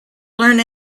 learn